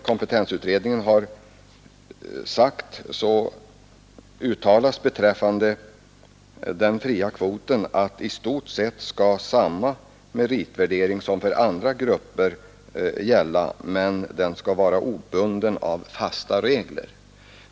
Kompetensutredningen uttalar beträffande den fria kvoten att i stort sett skall samma meritvärdering som för andra grupper gälla, men den skall vara obunden av fasta regler.